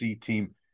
team